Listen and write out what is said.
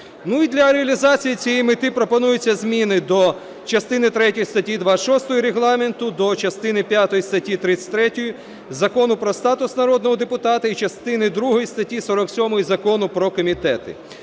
для реалізації цієї мети пропонуються зміни до частини третьої статті 26 Регламенту, до частини п'ятої статті 33 Закону про статус народного депутата і частини другої статті 47 Закону про комітети.